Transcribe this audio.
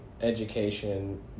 education